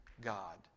God